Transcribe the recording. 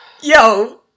Yo